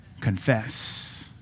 confess